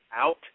out